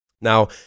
Now